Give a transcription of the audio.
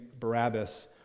Barabbas